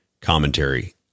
commentary